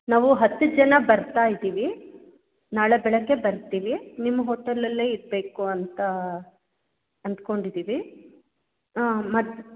ನಾವು ಹತ್ತು ಜನ ಬರ್ತಾ ಇದ್ದೀವಿ ನಾಳೆ ಬೆಳಗ್ಗೆ ಬರ್ತೀವಿ ನಿಮ್ಮ ಹೋಟೆಲಲ್ಲೆ ಇರಬೇಕು ಅಂತ ಅಂದ್ಕೊಂಡಿದ್ದೀವಿ ಮತ್ತೆ